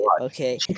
Okay